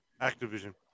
Activision